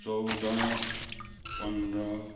चौध पन्ध्र